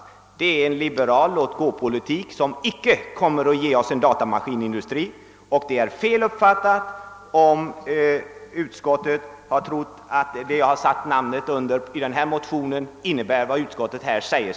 Det skulle innebära en liberal låtgåpolitik som icke kommer att ge oss en datamaskinindustri. Utskottet har uppfattat motionen fel, om utskottet anser att vad jag där har satt mitt namn under innebär vad utskottet säger.